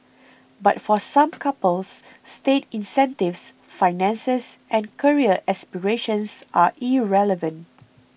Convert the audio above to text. but for some couples state incentives finances and career aspirations are irrelevant